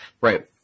Right